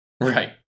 Right